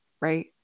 right